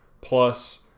plus